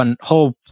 hope